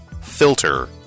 Filter